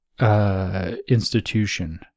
Institution